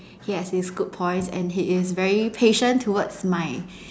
he has his good points and he is very patient towards my